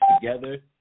together